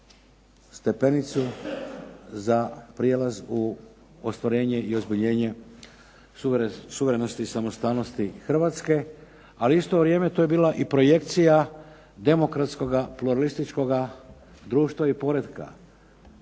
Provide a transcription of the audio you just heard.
stepenicu za prijelaz u ostvarenje i ozbiljenje suverenosti i samostalnosti Hrvatske, ali u isto vrijeme to je bila i projekcija demokratskoga pluralističkoga društva i poretka.